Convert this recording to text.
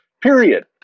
period